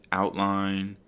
outline